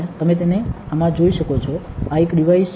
તમે તેને આમાં જોઈ શકો છો આ એક ડિવાઇસ છે